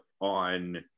on